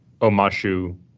Omashu